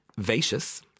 Vacious